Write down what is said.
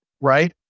Right